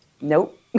Nope